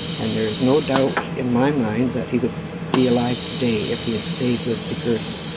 and there is no doubt in my mind that he would be alive today if he had stayed with the gerson.